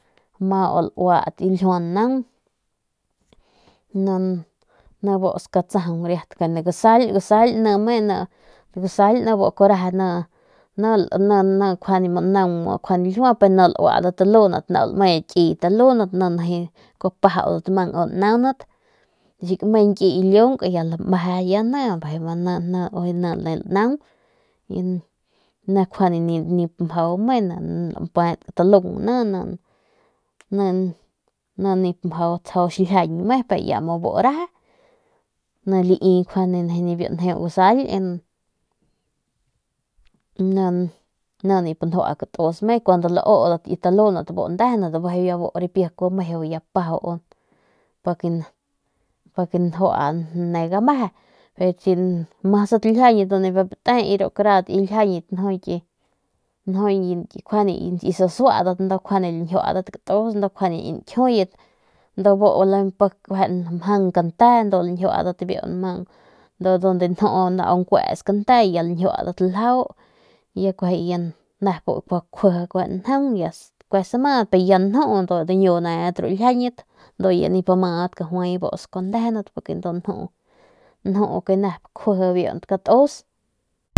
Ljiua naung ni busk kuaju tsajaung nkjuande gusail ni me ni bu kuaju reje ninaung ni nkjuande naung ljiua pero ni lauadat talundat lame kiyet talundat kuaju pajaudat pa naundat si kame ñkiy ki lunk ya lameje ya ni ya ujuy ya lanaung biu gusail ni nip tsjau mjau xiljiang me pero ya mu bu reje ni lai ni njeu gusail ni nip njua katus me kun udat ru kit talundat bu ndejenat bijiy buripi kuaju meju pajau pa ne gameje ru mas ki ljiañyit ndu nip bijiy pi te ndu kjuande ki sasuadat ndu kjuande lañjuadat katus ndu kjuande nkjiuyat ndu bu mjang kante ndu bu lañjiuadat dunde nju nau nkues kante ya lañjiuadat ljau ya nep kjiji njaung ya kue samadat pero ya nju ndu diñu nedat ru xiljiañat ndu ya nip madat kajuay bus kuaju ndejenat ndu nju nep kjuji nep biu katus.